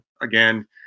again